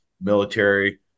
military